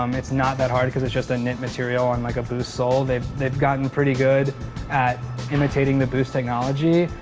um it's not that hard because it's just a knit material on, like, a boost sole. they've they've gotten pretty good at imitating the boost technology,